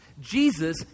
Jesus